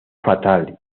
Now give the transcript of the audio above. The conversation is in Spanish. fatal